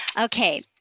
Okay